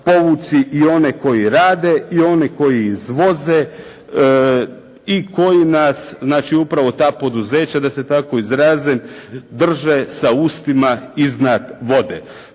i one koji rade i one koji izvoze i koji nas znači upravo ta poduzeća da se tako izrazim drže sa ustima iznad vode.